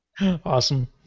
Awesome